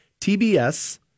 TBS